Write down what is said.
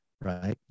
right